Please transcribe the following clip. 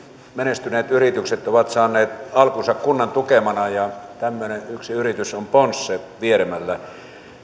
menestyneet yritykset ovat saaneet alkunsa kunnan tukemina tämmöinen yksi yritys on ponsse vieremällä